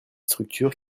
structures